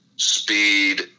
speed